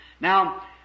Now